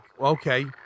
okay